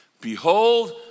Behold